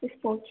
اسپوچ